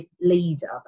leader